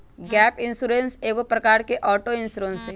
gap insurance एगो प्रकार के ऑटो इंश्योरेंस हइ